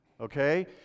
okay